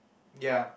ya